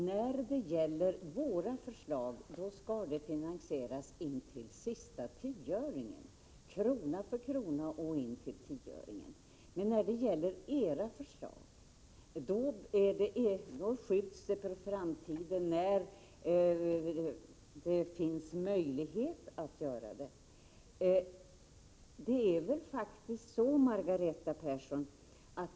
Ni begär att våra förslag skall finansieras intill sista tioöringen, krona för krona, men när det gäller era förslag får vi inget veta utan det skjuts på framtiden när det finns möjlighet att finansiera dem.